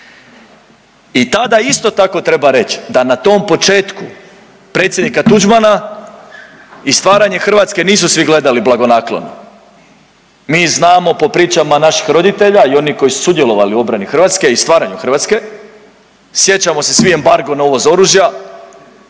I tada isto tako treba reći da na tom početku predsjednika Tuđmana i stvaranje Hrvatske nisu svi gledali blagonaklono. Mi znamo po pričama naših roditelja i oni koji su sudjelovali u obrani Hrvatske i stvaranju Hrvatske. Sjećamo se svi embargo na uvoz oružja,